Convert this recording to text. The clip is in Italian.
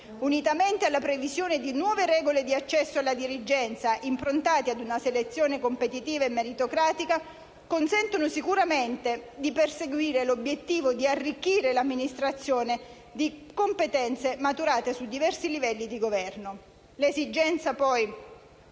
unitamente alla previsione di nuove regole di accesso alla dirigenza improntate ad una selezione competitiva e meritocratica, consentono sicuramente di perseguire l'obiettivo di arricchire l'amministrazione di competenze maturate su diversi livelli di Governo.